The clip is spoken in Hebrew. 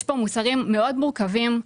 יש כאן מוצרים מאוד מורכבים,